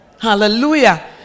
Hallelujah